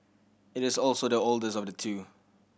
it is also the oldest of the two